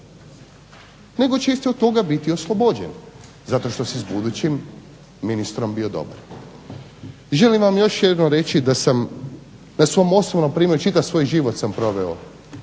nego će od toga biti oslobođen zato jer si je s budućim ministrom bio dobar. Želim vam još jednom reći na svom osobnom primjeru, čitav svoj život sam proveo